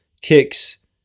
kicks